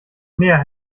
mehr